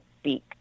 speak